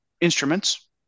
instruments